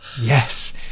yes